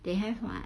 they have [what]